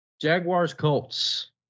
Jaguars-Colts